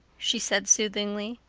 she said soothingly.